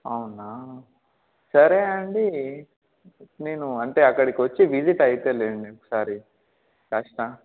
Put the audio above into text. అవునా సరే అండి నేను అంటే అక్కడికి వచ్చి విజిట్ అవుతాలేండి ఓక సారి కష్ట